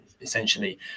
essentially